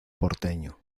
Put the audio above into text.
porteño